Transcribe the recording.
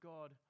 God